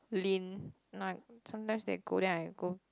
Lynn like sometimes they go then I go